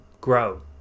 grow